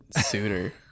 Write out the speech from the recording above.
sooner